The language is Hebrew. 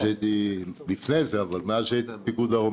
שהייתי לפני זה אבל מאז שהייתי בפיקוד דרום